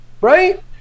Right